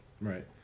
right